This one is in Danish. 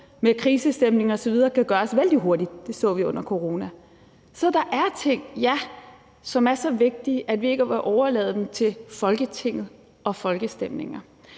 med krisestemning osv. kan gøres vældig hurtigt; det så vi under corona. Så der er ting, ja, som er så vigtige, at vi ikke vil overlade dem til Folketinget og folkestemninger.